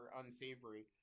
unsavory